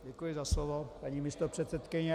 Děkuji za slovo, paní místopředsedkyně.